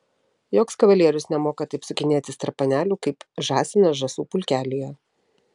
joks kavalierius nemoka taip sukinėtis tarp panelių kaip žąsinas žąsų pulkelyje